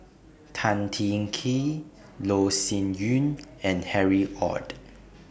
Tan Teng Kee Loh Sin Yun and Harry ORD